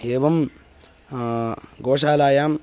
एवं गोशालायाम्